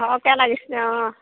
সৰহকৈ লাগিছিলে অঁ